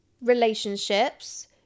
relationships